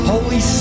Holy